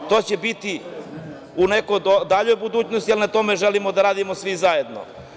To će biti u nekoj daljoj budućnosti, ali na tome želimo da radimo svi zajedno.